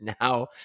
now